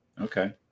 Okay